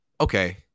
Okay